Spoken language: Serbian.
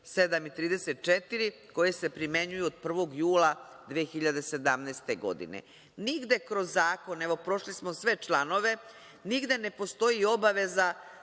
7. i 34. koje se primenjuju od 1. jula 2017. godine. Nigde kroz zakon, evo prošli smo sve članove, nigde ne postoji obaveza